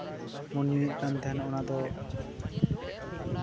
ᱢᱚᱱᱮ ᱦᱩᱭᱩᱜ ᱠᱟᱱ ᱛᱟᱦᱮᱱ ᱚᱱᱟᱫᱚ